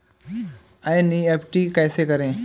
NEFT कैसे करें?